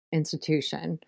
institution